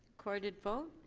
recorded vote?